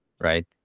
right